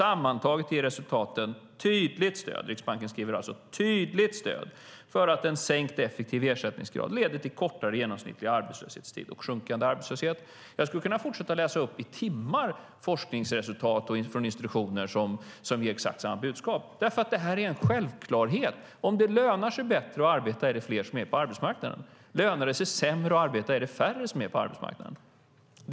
Sammantaget ger resultaten ett tydligt stöd - Riksbanken skriver alltså "tydligt stöd" - för att en sänkt effektiv ersättningsgrad leder till kortare genomsnittlig arbetslöshetstid och sjunkande arbetslöshet. Jag skulle kunna fortsätta läsa upp forskningsresultat i timmar från institutioner som ger exakt samma budskap, därför att det här är en självklarhet. Lönar det sig sämre att arbeta är det färre som är på arbetsmarknaden.